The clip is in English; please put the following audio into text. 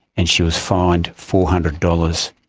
and she was fined four hundred dollars.